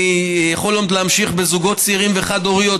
אני יכול עוד להמשיך בזוגות צעירים וחד-הוריות,